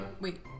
wait